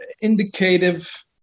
indicative